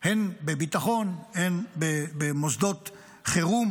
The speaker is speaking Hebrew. הן בביטחון, הן במוסדות חירום,